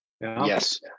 Yes